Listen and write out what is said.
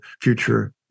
future